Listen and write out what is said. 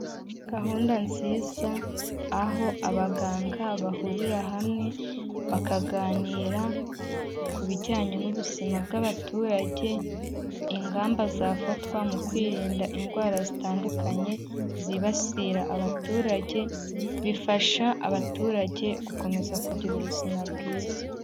Gahunda nziza aho abaganga bahurira hamwe bakaganira ku bijyanye n'ubuzima bw'abaturage, ingamba zafatwa mu kwirinda indwara zitandukanye zibasira abaturage, bifasha abaturage gukomeza kugira ubuzima bwiza.